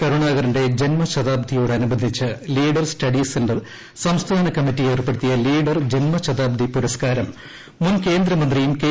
കരുണാകരന്റെ ജന്മശതാബ്ദിയോടനുബന്ധിച്ച് leader study centre സംസ്ഥാന committee ഏർപ്പെടുത്തിയ ലീഡർ ജന്മശതാബ്ദി പുരസ്ക്കാരം മുൻ കേന്ദ്രമന്ത്രിയും കെ